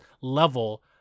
level